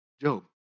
Job